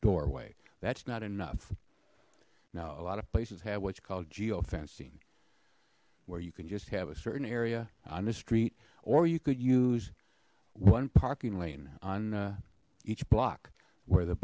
doorway that's not enough now a lot of places have what's called geofencing where you can just have a certain area on the street or you could use one parking lane on each block where the